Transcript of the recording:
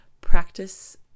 practice